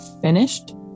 finished